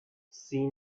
see